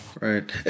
right